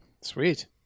Sweet